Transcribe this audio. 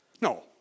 No